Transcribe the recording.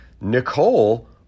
nicole